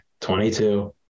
22